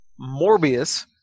Morbius